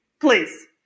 please